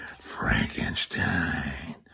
Frankenstein